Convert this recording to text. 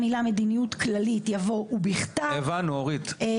המדע והטכנולוגיה אורית פרקש הכהן: